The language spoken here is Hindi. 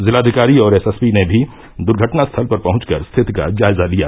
जिलाधिकारी और एसएसपी ने भी द्र्घटनास्थल पर पहुंचकर स्थिति का जायजा लिया